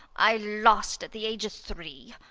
i lost at the age of three.